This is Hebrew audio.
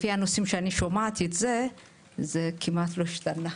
לפי הנושאים שאני שומעת, זה כמעט לא השתנה.